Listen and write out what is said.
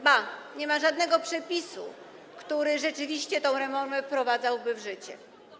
Ba, nie ma żadnego przepisu, który rzeczywiście tę reformę wprowadzałby w życie.